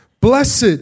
Blessed